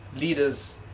leaders